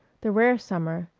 the rare summer,